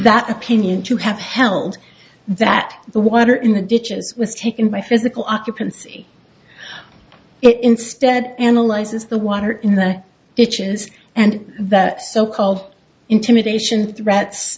that opinion to have held that the water in the ditches was taken by physical occupancy it instead analyzes the water in the kitchens and that so called intimidation threats